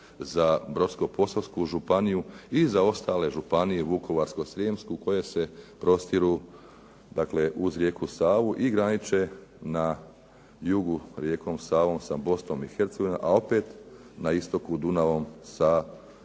za Brodsko-posavsku županiju i za ostale županije Vukovarsko-srijemsku koje se prostiru dakle uz rijeku Savu i graniče na jugu rijekom Savom sa Bosnom i Hercegovinom, a opet na istoku Dunavom sa